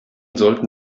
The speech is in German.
sollten